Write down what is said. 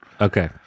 Okay